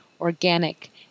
organic